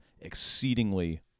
exceedingly